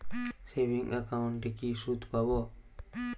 Savings একাউন্টে কি সুদ পাব?